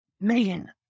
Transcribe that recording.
Megan